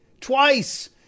twice